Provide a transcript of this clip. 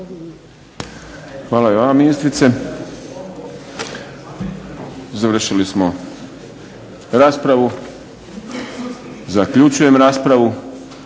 Hvala i vama ministrice. Završili smo raspravu, zaključujem raspravu.